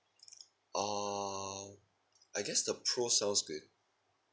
ah I guess the pro sounds good